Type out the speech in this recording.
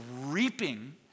reaping